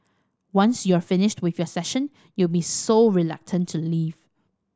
once you're finished with your session you'll be so reluctant to leave